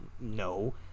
no